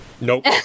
Nope